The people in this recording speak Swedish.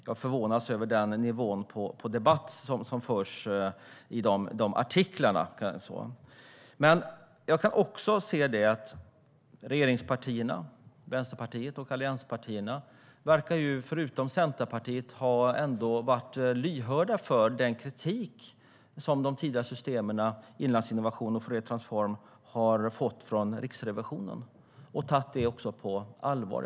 Jag förvånas över nivån på debatten i artiklarna. Regeringspartierna, Vänsterpartiet och allianspartierna verkar, förutom Centerpartiet, ha varit lyhörda för den kritik som de tidigare systemen, Inlandsinnovation och Fouriertransform, har fått från Riksrevisionen. Man har tagit det på allvar.